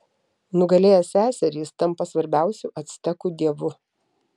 nugalėjęs seserį jis tampa svarbiausiu actekų dievu